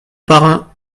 parrain